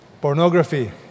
pornography